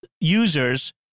users